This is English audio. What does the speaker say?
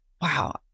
wow